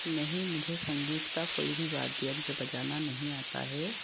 नहीं मुझे संगीत का कोई भी वाद्य यंत्र बजाना नहीं आता है